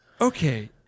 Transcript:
Okay